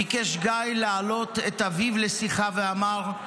ביקש גיא לעלות את אביו לשיחה ואמר: